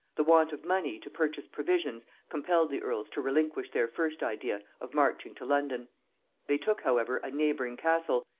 the want of money to purchase provisions compelled the earls to relinquish their first idea of marching to london they took however a neighbouring castle,